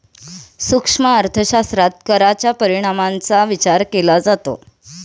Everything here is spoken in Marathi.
सूक्ष्म अर्थशास्त्रात कराच्या परिणामांचा विचार केला जातो